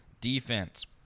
Defense